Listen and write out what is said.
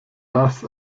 das